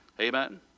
Amen